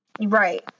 right